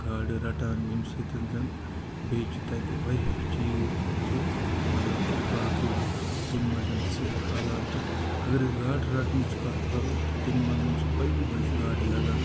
گاڈٕ رٹان ییٚمہِ سۭتۍ زَنہٕ بیٚیہِ چھِ تَتہِ واریاہ چیٖز تہِ مطلب باقٕے لُکھ تَمہِ منٛز سٮ۪کھ کھالان تہٕ اگرأسۍ گاڈٕ رٹنٕچ کَتھ کَرَو تہٕ تَمہِ منٛز چھِ بَجہِ بَجہِ گاڈٕ لگان